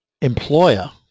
employer